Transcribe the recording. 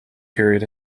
period